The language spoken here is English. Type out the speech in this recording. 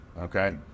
Okay